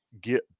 get